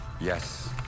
Yes